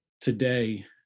today